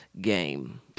game